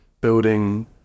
building